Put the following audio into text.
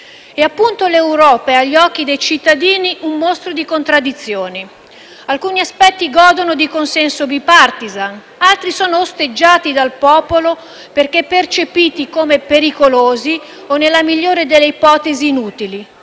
Per questo l'Europa, agli occhi dei cittadini, è un mostro di contraddizioni. Alcuni aspetti godono di consenso *bipartisan*, altri sono osteggiati dal popolo, perché percepiti come pericolosi o, nella migliore delle ipotesi, inutili